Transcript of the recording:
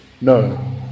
No